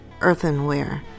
earthenware